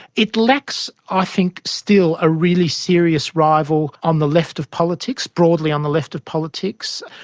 it lacks, i think, still a really serious rival on the left of politics, broadly on the left of politics.